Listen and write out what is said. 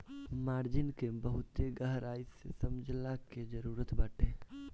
margin के बहुते गहराई से समझला के जरुरत बाटे